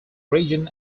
region